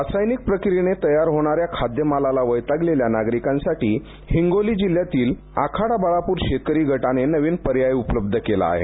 रासायनिक प्रक्रियेने तयार होणाऱ्या खाद्य मालाला वैतागलेल्या नागरिकांसाठी हिंगोली जिल्ह्यातील आखाडा बाळापूर शेतकरी गटाने नवीन पर्याय उपलब्ध केला आहे